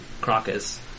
Crocus